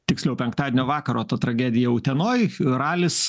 tiksliau penktadienio vakaro ta tragedija utenoj ralis